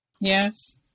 Yes